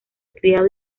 criado